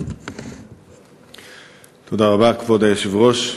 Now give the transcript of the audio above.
כבוד היושב-ראש,